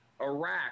Iraq